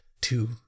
two